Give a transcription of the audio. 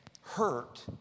hurt